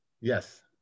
Yes